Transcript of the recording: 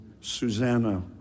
Susanna